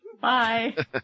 Bye